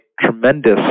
tremendous